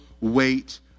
weight